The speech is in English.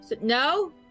No